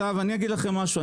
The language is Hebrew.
אגיד לכם משהו,